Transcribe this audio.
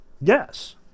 yes